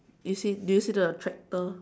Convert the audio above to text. do you see do you see the tractor